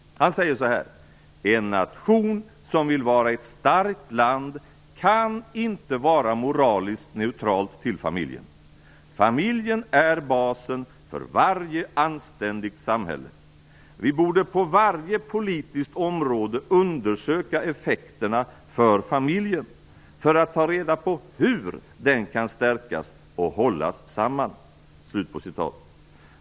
Han säger: "En nation som vill vara ett starkt land kan inte vara moraliskt neutralt till familjen. Familjen är basen för varje anständigt samhälle. Vi borde på varje politiskt område undersöka effekterna för familjen, för att ta reda på hur den kan stärkas och hållas samman."